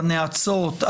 הנאצות,